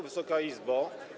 Wysoka Izbo!